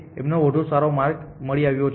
એમનો વધુ સારો માર્ગ મળી આવ્યો છે